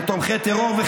אבל אתם תומכי טרור.